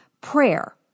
prayer